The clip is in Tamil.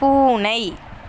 பூனை